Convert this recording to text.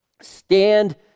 Stand